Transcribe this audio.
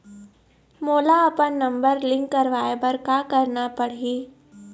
मोला अपन number link करवाये बर का करना पड़ही?